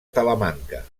talamanca